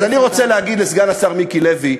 אז אני רוצה להגיד לסגן השר מיקי לוי,